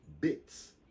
bits